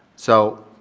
so,